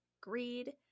greed